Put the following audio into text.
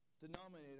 denominator